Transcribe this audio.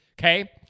okay